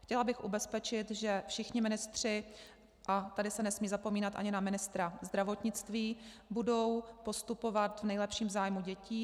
Chtěla bych ubezpečit, že všichni ministři a tady se nesmí zapomínat ani na ministra zdravotnictví budou postupovat v nejlepším zájmu dětí.